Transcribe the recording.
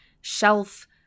shelf